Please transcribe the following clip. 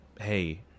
hey